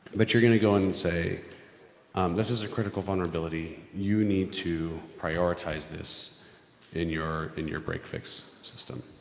but you're gonna go in and say uhm this is a critical vulnerability, you need to prioritize this in your, in your break fix system.